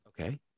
Okay